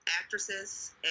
actresses